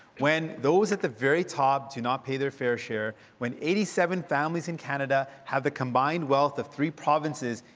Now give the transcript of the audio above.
when those at the very top do not pay their fair share, when eighty seven families in canada have the combined wealth of three provinces,